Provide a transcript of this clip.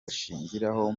ashingiraho